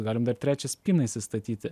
galim dar trečią spyną įsistatyti